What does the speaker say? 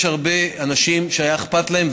יש הרבה אנשים שהיה אכפת להם,